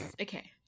Okay